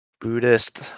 Buddhist